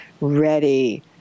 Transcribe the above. ready